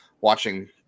Watching